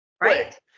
Right